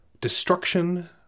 destruction